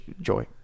joy